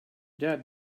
dad